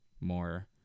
more